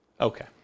Okay